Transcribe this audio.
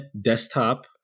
desktop